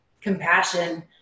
compassion